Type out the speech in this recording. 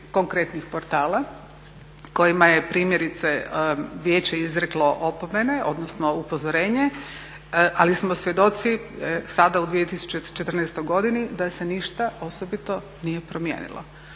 konkretnih portala kojima je primjerice Vijeće izreklo opomene, odnosno upozorenje. Ali smo svjedoci sada u 2014. godini da se ništa osobito nije promijenilo.